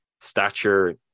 stature